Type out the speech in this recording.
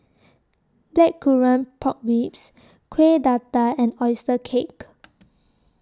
Blackcurrant Pork Ribs Kueh Dadar and Oyster Cake